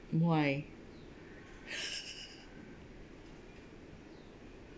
why